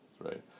right